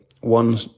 one